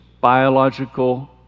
biological